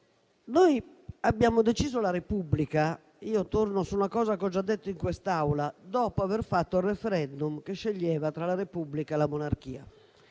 Noi abbiamo deciso la Repubblica - torno su una cosa che ho già detto in quest'Aula - dopo aver fatto un *referendum* che sceglieva tra la Repubblica e la monarchia.